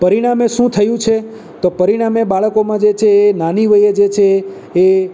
પરિણામે શું થયું છે તો પરિણામે બાળકોમાં જે છે એ નાની વયે જે છે એ